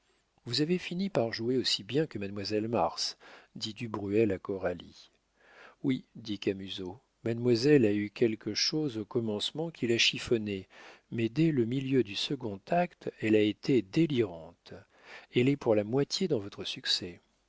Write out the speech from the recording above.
vous avez fini par jouer aussi bien que mademoiselle mars dit du bruel à coralie oui dit camusot mademoiselle a eu quelque chose au commencement qui la chiffonnait mais dès le milieu du second acte elle a été délirante elle est pour la moitié dans votre succès